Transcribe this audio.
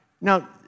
Now